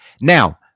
Now